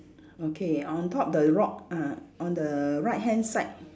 okay on top the rock ah on the right hand side